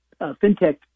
FinTech